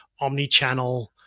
omni-channel